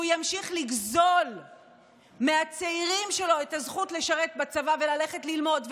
שהוא ימשיך לגזול מהצעירים שלו את הזכות לשרת בצבא וללכת ללמוד,